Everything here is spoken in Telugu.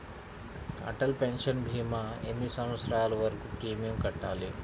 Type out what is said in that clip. అటల్ పెన్షన్ భీమా ఎన్ని సంవత్సరాలు వరకు ప్రీమియం కట్టాలి?